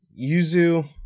Yuzu